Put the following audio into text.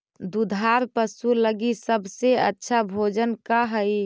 दुधार पशु लगीं सबसे अच्छा भोजन का हई?